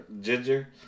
ginger